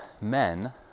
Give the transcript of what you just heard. men